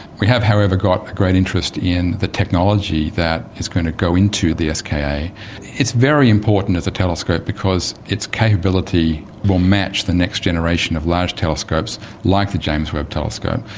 we have however got a great interest in the technology that is going to go into the ska. it's very important as a telescope because its capability will match the next generation of large telescopes like the james webb telescope,